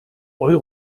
eure